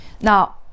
Now